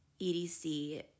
EDC